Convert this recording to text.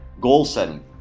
Goal-setting